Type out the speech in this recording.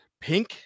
pink